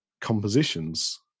compositions